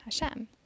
Hashem